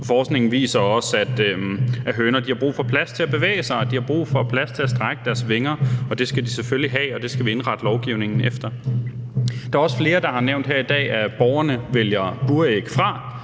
Forskningen viser også, at høner har brug for plads til at bevæge sig, og de har brug for plads til at strække deres vinger, og det skal de selvfølgelig have, og det skal vi indrette lovgivningen efter. Der er også flere, der har nævnt her i dag, at borgerne vælger buræg fra.